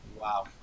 Wow